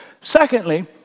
Secondly